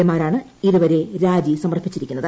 A മാരാണ് ഇതുവരെ രാജി സമർപ്പിച്ചിരിക്കുന്നത്